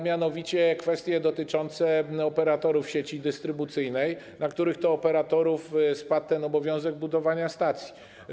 Mianowicie chodzi o kwestie dotyczące operatorów sieci dystrybucyjnej, na których to operatorów spadł obowiązek budowania stacji.